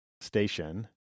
station